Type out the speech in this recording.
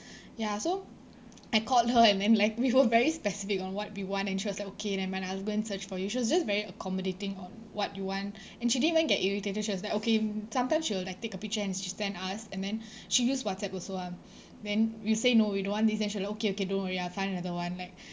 ya so I called her and then like we were very specific on what we want and she was like okay never mind I will go and search for you she was just very accommodating on what you want and she didn't even get irritated she was like okay sometimes she will like take a picture and she'd send us and then she use whatsapp also um then we'll say no we don't want this she will like okay okay don't really I'll find another one like